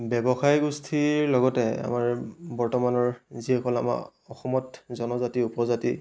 ব্যৱসায় গোষ্ঠীৰ লগতে আমাৰ বৰ্তমানৰ যিসকল আমাৰ অসমত জনজাতি উপজাতি